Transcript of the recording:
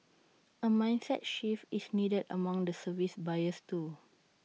A mindset shift is needed among the service buyers too